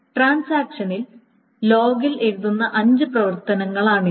ട്രാൻസാക്ഷനിൽ ലോഗിൽ എഴുതുന്ന അഞ്ച് പ്രവർത്തനങ്ങളാണിവ